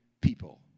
people